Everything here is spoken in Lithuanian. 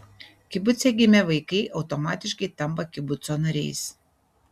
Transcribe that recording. kibuce gimę vaikai automatiškai tampa kibuco nariais